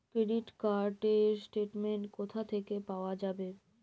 Credit card র statement কোথা থেকে পাওয়া যাবে?